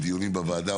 בדיונים בוועדה,